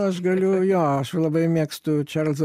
aš galiu jo aš labai mėgstu čarlzą